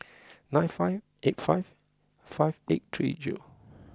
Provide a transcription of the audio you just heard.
nine five eight five five eight three zero